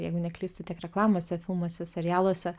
jeigu neklystu tiek reklamose filmuose serialuose